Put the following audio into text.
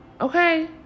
Okay